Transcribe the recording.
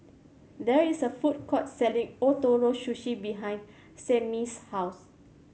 there is a food court selling Ootoro Sushi behind Samie's house